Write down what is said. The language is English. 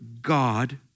God